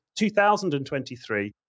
2023